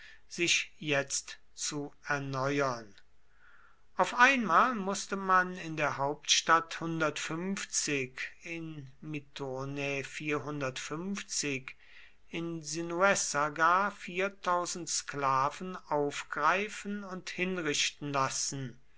sich jetzt zu erneuern auf einmal mußte man in der hauptstadt in minturnae in sinuessa gar sklaven aufgreifen und hinrichten lassen